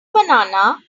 banana